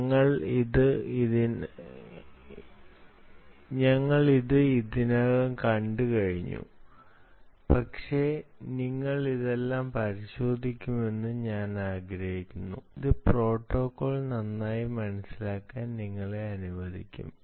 ഞങ്ങൾ ഇത് ഇതിനകം കണ്ടു പക്ഷേ നിങ്ങൾ ഇതെല്ലാം പരിശോധിക്കണമെന്ന് ഞാൻ ആഗ്രഹിക്കുന്നു അത് പ്രോട്ടോക്കോൾ നന്നായി മനസ്സിലാക്കാൻ നിങ്ങളെ അനുവദിക്കും